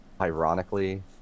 ironically